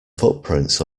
footprints